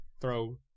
throw